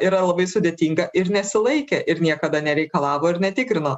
yra labai sudėtinga ir nesilaikė ir niekada nereikalavo ir netikrino